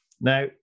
Now